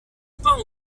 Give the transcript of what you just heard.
pas